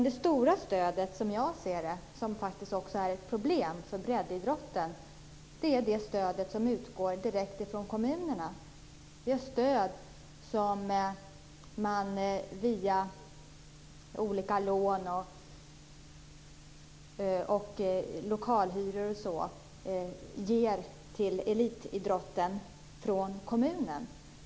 Det stora stödet, som faktiskt också är ett problem för breddidrotten, är det stöd som utgår direkt ifrån kommunerna. Det stödet ges via olika lån och lokalhyror till elitidrotten från kommunen.